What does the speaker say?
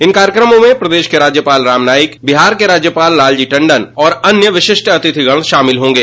इन कार्यक्रमों में प्रदेश के राज्यपाल राम नाईक बिहार के राज्यपाल लालजी टण्डन और अन्य विशिष्ट अतिथिगण शामिल होंगे